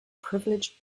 privileged